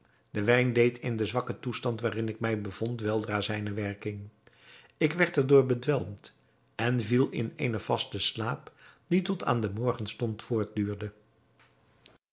de wijn deed in den zwakken toestand waarin ik mij bevond weldra zijne werking ik werd er door bedwelmd en viel in eenen vasten slaap die tot aan den morgenstond voortduurde